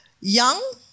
young